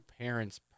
parents